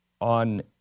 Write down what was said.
on